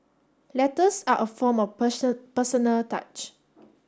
letters are a form of personal touch